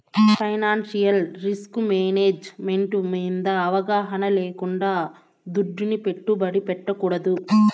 financial risk management మింద అవగాహన లేకుండా దుడ్డుని పెట్టుబడి పెట్టకూడదు